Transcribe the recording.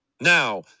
Now